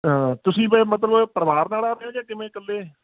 ਤੁਸੀਂ ਵੇ ਮਤਲਬ ਪਰਿਵਾਰ ਨਾਲ਼ ਆ ਰਹੇ ਹੋ ਜਾਂ ਕਿਵੇਂ ਇਕੱਲੇ